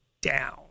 down